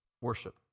Worship